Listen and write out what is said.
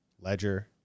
Ledger